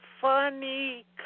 funny